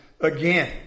again